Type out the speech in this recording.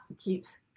keeps